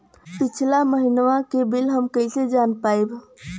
पिछला महिनवा क बिल हम कईसे जान पाइब?